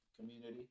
community